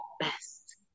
best